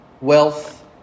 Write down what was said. wealth